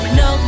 no